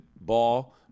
ball